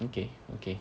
okay okay